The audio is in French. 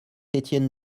étienne